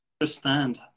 understand